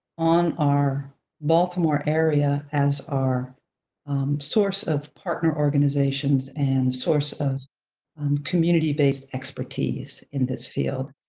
on our baltimore area as our source of partner organizations and source of um community-based expertise in this field.